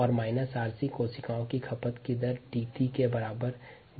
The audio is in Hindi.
− 𝑟𝑐 कोशिका की रेट ऑफ़ कंसम्पशन ddt के बराबर है